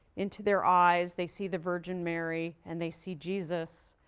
into their eyes. they see the virgin mary, and they see jesus.